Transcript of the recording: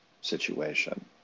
situation